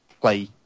play